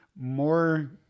more